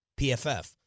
PFF